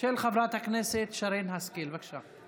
של חברת הכנסת שרן השכל, בבקשה.